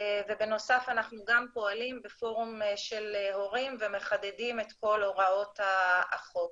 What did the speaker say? ובנוסף אנחנו גם פועלים בפורום של הורים ומחדדים את כל הוראות החוק.